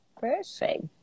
perfect